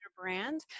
brand